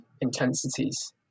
intensities